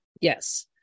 Yes